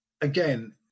again